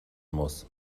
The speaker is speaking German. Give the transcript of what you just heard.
muss